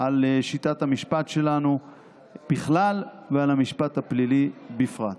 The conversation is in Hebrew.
על שיטת המשפט שלנו בכלל ועל המשפט הפלילי בפרט.